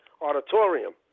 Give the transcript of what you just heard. Auditorium